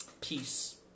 peace